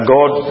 God